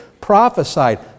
prophesied